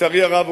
לצערי הרב,